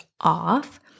off